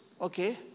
okay